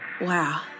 Wow